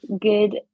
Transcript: good